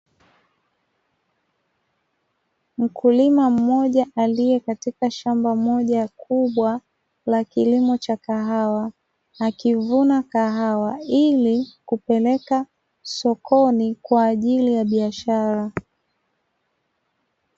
Mkulima mmoja aliye katika shamba moja kubwa la kilimo cha kahawa, akivuna kahawa ili kupeleka sokoni kwaajili ya biashara.